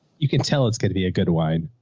you can tell it's going to be a good wine.